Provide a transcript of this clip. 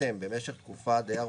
להגיד להם: אם אתם במשך תקופה די ארוכה,